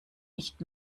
nicht